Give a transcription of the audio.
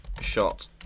shot